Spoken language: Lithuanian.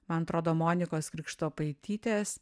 man atrodo monikos krikštopaitytės